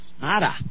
Nada